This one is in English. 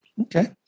Okay